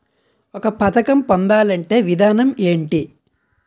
ఒక పథకం పొందాలంటే విధానం ఏంటి?